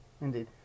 Indeed